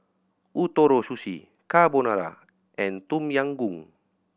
Ootoro Sushi Carbonara and Tom Yam Goong